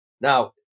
Now